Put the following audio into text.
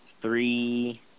three –